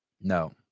No